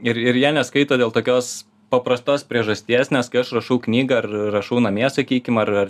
ir ir jie neskaito dėl tokios paprastos priežasties nes kai aš rašau knygą ar rašau namie sakykim ar ar